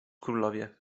królowie